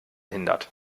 hindert